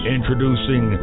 Introducing